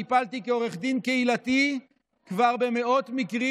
"טיפלתי כעורך דין קהילתי כבר במאות מקרים,